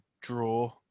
draw